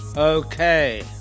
Okay